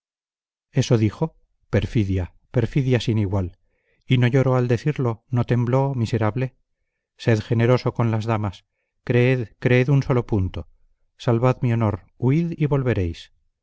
eso dijo perfidia perfidia sin igual y no lloró al decirlo no tembló miserable sed generoso con las damas creed creed un solo punto salvad mi honor huid y volveréis